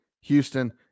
Houston